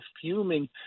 fuming